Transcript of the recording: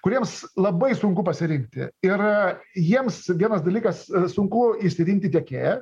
kuriems labai sunku pasirinkti ir jiems vienas dalykas sunku išsirinkti tiekėją